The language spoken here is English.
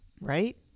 right